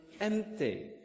empty